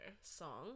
song